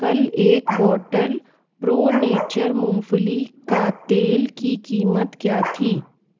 कल एक bottle pro nature मूँगफली का तेल की कीमत क्या थी